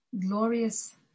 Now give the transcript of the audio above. glorious